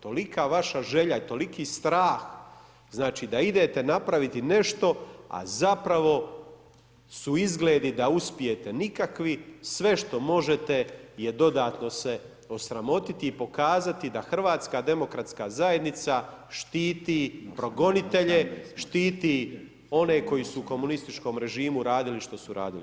Tolika vaša želja i toliki stah da idete napraviti nešto a zapravo su izgledi da uspijete nikakvi, sve što možete je dodatno se osramotiti i pokazati da HDZ štiti progonitelje, štiti oni koji su u komunističkom režimu radili što su radili.